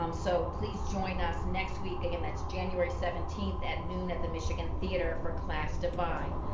um so please join us next week again. that's january seventeenth at noon at the michigan theater for class divide.